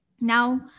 Now